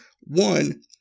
One